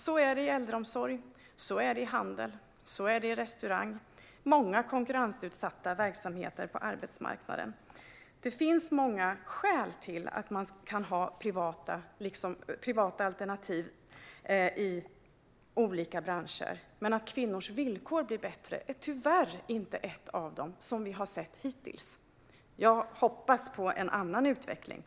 Så är det inom äldreomsorg, inom handel och restaurang - många konkurrensutsatta verksamheter på arbetsmarknaden. Det finns många skäl till att ha privata alternativ i olika branscher, men att kvinnors villkor i privata verksamheter blir bättre har vi tyvärr inte sett hittills. Jag hoppas på en annan utveckling.